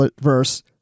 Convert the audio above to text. verse